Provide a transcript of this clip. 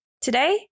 Today